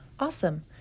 Awesome